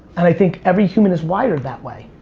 and i think every human is wired that way.